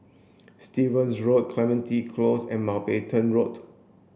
Stevens Road Clementi Close and Mountbatten Road